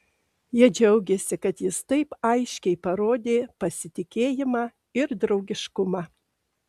jie džiaugėsi kad jis taip aiškiai parodė pasitikėjimą ir draugiškumą